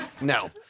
No